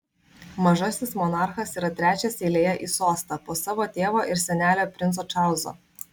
mažasis monarchas yra trečias eilėje į sostą po savo tėvo ir senelio princo čarlzo